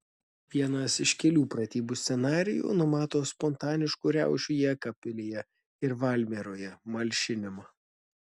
vienas iš kelių pratybų scenarijų numato spontaniškų riaušių jekabpilyje ir valmieroje malšinimą